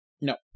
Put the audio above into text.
No